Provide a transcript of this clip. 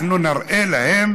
אנחנו נראה להם